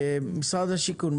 משרד השיכון,